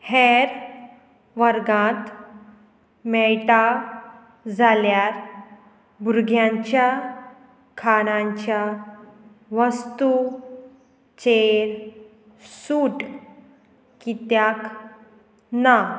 हेर वर्गांत मेळटा जाल्यार भुरग्यांच्या खाणांच्या वस्तूं चेर सूट कित्याक ना